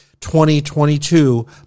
2022